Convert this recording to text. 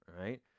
right